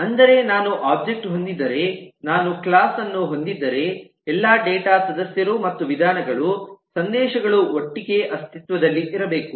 ಅಂದರೆ ನಾನು ಒಬ್ಜೆಕ್ಟ್ ಹೊಂದಿದ್ದರೆ ನಾನು ಕ್ಲಾಸ್ ಅನ್ನು ಹೊಂದಿದ್ದರೆ ಎಲ್ಲಾ ಡೇಟಾ ಸದಸ್ಯರು ಮತ್ತು ವಿಧಾನಗಳು ಸಂದೇಶಗಳು ಒಟ್ಟಿಗೆ ಅಸ್ತಿತ್ವದಲ್ಲಿ ಇರಬೇಕು